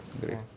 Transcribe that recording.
Great